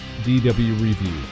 DWReview